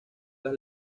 las